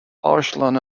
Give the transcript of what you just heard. arslan